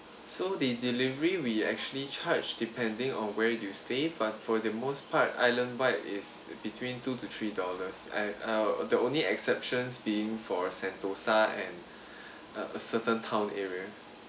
so the delivery we actually charge depending on where you stay but for the most part island wide is between two to three dollars and uh the only exceptions being for sentosa and uh uh certain town areas